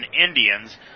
Indians